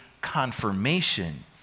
confirmation